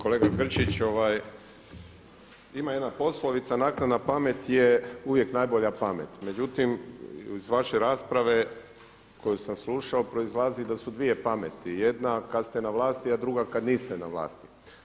Kolega Grčić, ima jedna poslovica „Naknadna pamet je uvijek najbolja pamet.“ Međutim, iz vaše rasprave koju su sam slušao proizlazi da su dvije pameti, jedna kad ste na vlasti a druga kad niste na vlasti.